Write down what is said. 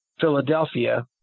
Philadelphia